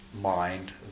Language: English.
mind